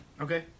Okay